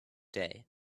day